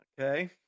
Okay